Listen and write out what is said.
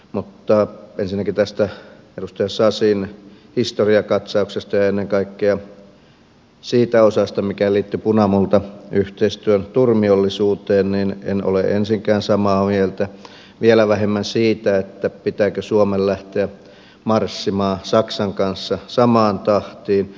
ensinnäkään tästä edustaja sasin historiakatsauksesta ja ennen kaikkea siitä osasta mikä liittyi punamultayhteistyön turmiollisuuteen en ole ensinkään samaan mieltä vielä vähemmän siitä pitääkö suomen lähteä marssimaan saksan kanssa samaan tahtiin